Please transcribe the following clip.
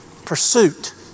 Pursuit